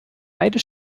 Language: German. beide